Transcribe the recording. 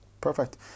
Perfect